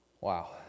Wow